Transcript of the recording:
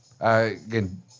again